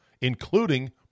including